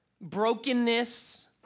Brokenness